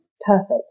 perfect